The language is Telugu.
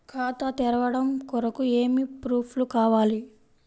ఖాతా తెరవడం కొరకు ఏమి ప్రూఫ్లు కావాలి?